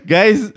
Guys